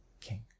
King